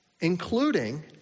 including